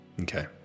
Okay